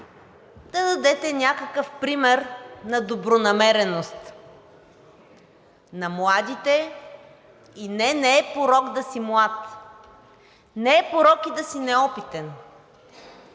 да дадете някакъв пример на добронамереност на младите. И не, не е порок да си млад, не е порок да си неопитен,